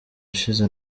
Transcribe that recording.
ashize